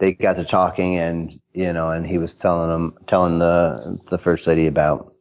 they got to talking, and you know and he was telling um telling the the first lady about